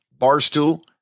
barstool